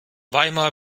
weimar